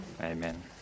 amen